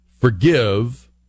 forgive